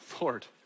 Lord